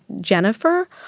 Jennifer